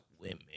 women